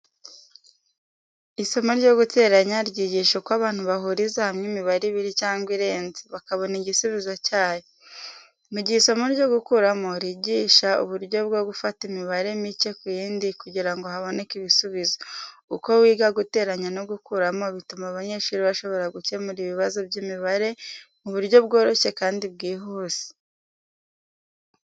Isomo ryo guteranya ryigisha uko abantu bahuriza hamwe imibare ibiri cyangwa irenze, bakabona igisubizo cyayo. Mu gihe isomo ryo gukuramo rigisha uburyo bwo gufata imibare mike kuyindi kugira ngo haboneke ibisubizo. Uko kwiga guteranya no gukuramo bituma abanyeshuri bashobora gukemura ibibazo by'imibare mu buryo bworoshye kandi bwihuse.